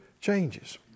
changes